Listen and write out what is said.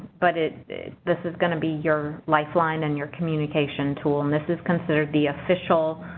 but it this is going to be your lifeline and your communication tool. and this is considered the official